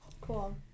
Cool